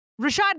Rashad